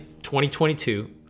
2022